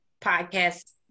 podcast